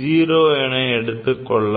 0 என எடுத்துக் கொள்ளப்படும்